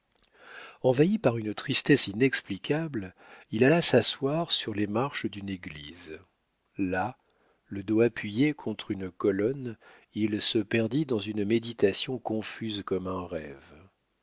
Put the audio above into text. envahi par une tristesse inexplicable il alla s'asseoir sur les marches d'une église là le dos appuyé contre une colonne il se perdit dans une méditation confuse comme un rêve